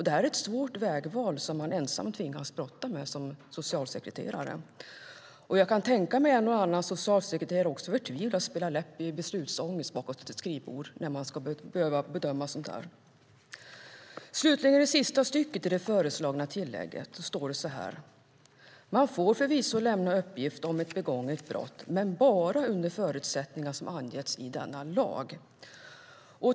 Det är ett svårt vägval som man ensam tvingas brottas med. Jag kan tänka mig en och annan socialsekreterare förtvivlat spela läpp av beslutsångest bakom sitt skrivbord vid sådana bedömningar. I det sista stycket i det föreslagna tillägget står det att man förvisso får lämna uppgift om ett begånget brott men bara under förutsättningar som anges i lagen.